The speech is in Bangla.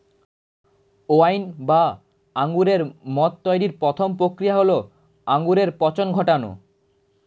ওয়াইন বা আঙুরের মদ তৈরির প্রথম প্রক্রিয়া হল আঙুরে পচন ঘটানো